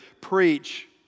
preach